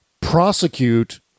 prosecute